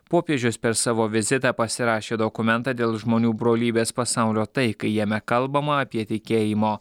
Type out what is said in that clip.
popiežius per savo vizitą pasirašė dokumentą dėl žmonių brolybės pasaulio taikai jame kalbama apie tikėjimo